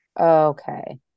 okay